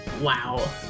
Wow